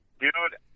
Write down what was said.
dude